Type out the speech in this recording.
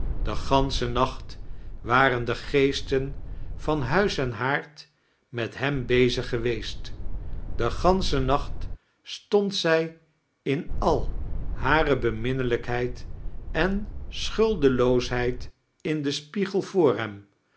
den ganschen nacht waren de geesten van huis en haard met hem bezig geweest den ganschen nacht stond zij in al hare beminnelijkheid en schuldeloosheid in den spiegel voor